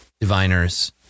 diviners